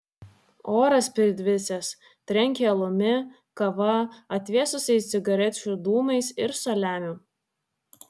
oras pridvisęs trenkė alumi kava atvėsusiais cigarečių dūmais ir saliamiu